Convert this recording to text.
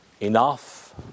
enough